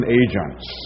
agents